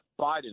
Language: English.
Biden